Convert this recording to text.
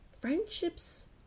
friendships